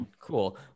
cool